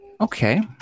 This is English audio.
Okay